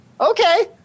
Okay